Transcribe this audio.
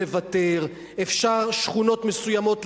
אפשר לעקוף שכונות מסוימות,